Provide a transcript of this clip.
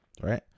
right